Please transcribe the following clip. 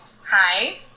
Hi